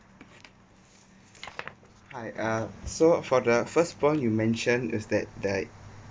I uh so for the first point you mentioned is that like